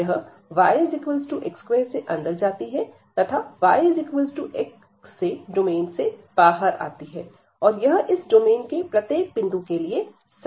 यह yx2 से अंदर जाती है तथा yx से डोमेन से बाहर आती है और यह इस डोमेन के प्रत्येक बिंदु के लिए सही है